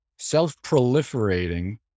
Self-proliferating